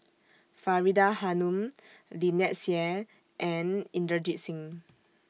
Faridah Hanum Lynnette Seah and Inderjit Singh